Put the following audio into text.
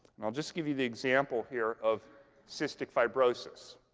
i'll just give you the example here of cystic fibrosis,